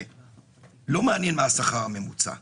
לא מעניין מה השכר הממוצע,